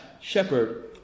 shepherd